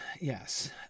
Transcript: yes